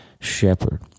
shepherd